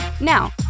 Now